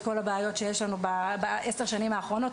הבעיות שיש לנו בעשר השנים האחרונות,